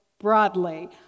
broadly